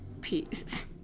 peace